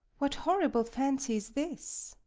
what horrible fancy's this?